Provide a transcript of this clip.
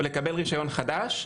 או לקבל רישיון חדש,